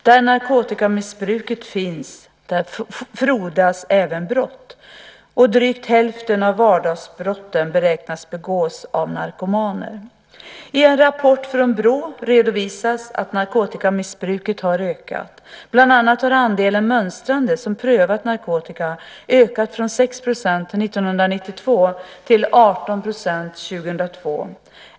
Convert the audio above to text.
Där narkotikamissbruket finns där frodas även brott. Drygt hälften av vardagsbrotten beräknas begås av narkomaner. I en rapport från BRÅ redovisas att narkotikamissbruket har ökat. Bland annat har andelen mönstrande som prövat narkotika ökat från 6 % år 1992 till 18 % år 2002.